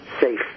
safe